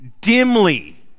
dimly